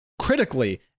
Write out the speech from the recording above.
critically